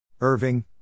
Irving